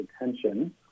attention